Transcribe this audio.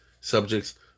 subjects